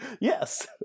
Yes